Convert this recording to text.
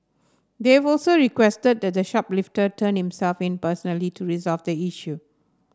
they've also requested that the shoplifter turn himself in personally to resolve the issue